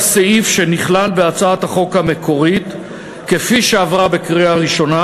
הוועדה סעיף שנכלל בהצעת החוק המקורית כפי שעברה בקריאה ראשונה,